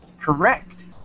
Correct